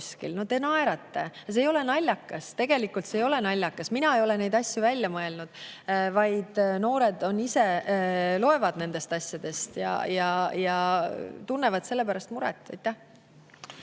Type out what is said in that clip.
No te naerate. See ei ole naljakas, tegelikult see ei ole naljakas. Mina ei ole neid asju välja mõelnud, vaid noored ise loevad nendest asjadest ja tunnevad sellepärast muret.